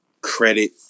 credit